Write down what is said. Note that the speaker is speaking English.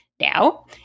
Now